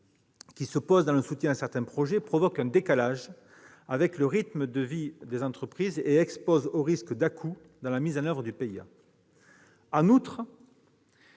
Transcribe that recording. qui se pose dans le soutien à certains projets, provoque un décalage avec le rythme de vie des entreprises et expose au risque d'à-coups dans la mise en oeuvre du PIA ; d'autre